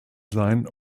sein